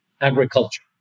agriculture